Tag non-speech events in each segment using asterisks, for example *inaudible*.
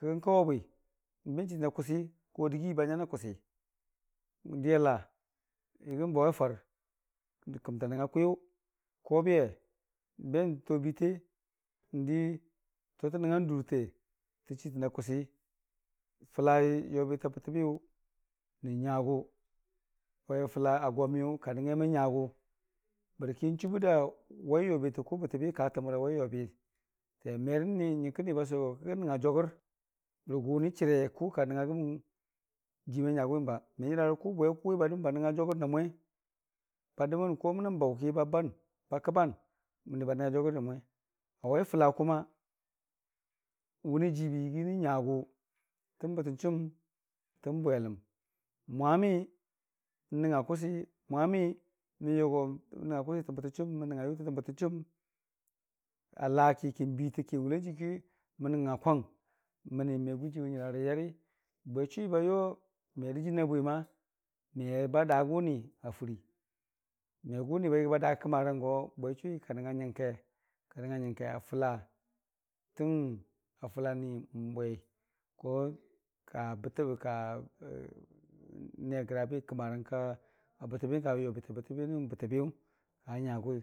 Kən kawebwi n'beng chiitəna kʊsi ko dɨgii ba nyana kʊsi n'diya laa n'din bawe far kəmta nəngnga kwiyʊ n'kobiye n'ben too biite, n'di totə nəngngan durte tə chiitən a kʊsi. Fəlai yobita bətəbiyʊ nən nyagʊ, wai fəla agwa miyʊ ka nəngngai mən nyagʊ bərki n'chubə da wai yobitəkʊ bətəbi ka təmra wai yobite merə ni nyəngkə niba sʊwe go kəgə nəngnga jogər rə gʊmi chəre go ka nəngnga gəmən jiime nyagʊwi, me nyəra rəkʊ bwe kʊwi ba dəmən ba nəngnga jogər nanmwe ba dəmən mənnanʊ n'baʊ ki baban ba kəba n mənii ba nəngnga jogər nanmwe awai fəla *unintelligible* wʊnii jii bə yəgii nən nyagʊ tən bətən chʊmtən bweləm, mwami n'nəngnga kʊsi, mwanii mən yogo mən nəngnga kʊsi tən bətəm chʊwom mən nəngnga yʊta tən bətəm chʊm alaa ki kə biitə ki n'wʊlaijiiki mən nəngnga kwang məni me gʊjiiwe yəra yari, bwechʊwi bayo merə jɨna bui, meba daa gʊni a fɨrii me gʊni ba yəgi adaa kəmaranggo bwe chʊwi ka nəngna nyəngke ka nəngnga nyəngke afəlatən a fəla ni n'bwei *unintelligible* ka bə *hesitation* niya grabi kəmarang ka kəmarang ka bətəbiyəng yobi ta bətə biyʊ ka nyagʊwi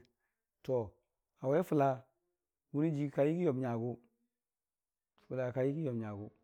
to awau fʊla wʊniijii ka yə gii yom nyagʊ bəra kayəgii yomnyagʊ.